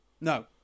no